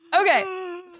Okay